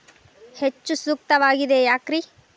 ಹೆಚ್ಚು ಸೂಕ್ತವಾಗಿದೆ ಯಾಕ್ರಿ?